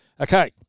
Okay